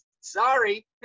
Sorry